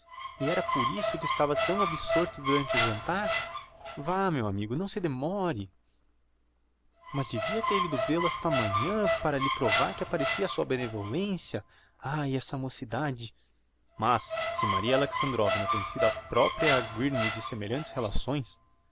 isso então que estava tão absorto durante o jantar vá meu amigo não se demore mas devia de ter ido vêl-o esta manhã para lhe provar que aprecia a sua benevolencia ai esta mocidade mas se maria alexandrovna tem sido a propria a arguir me de semelhantes relações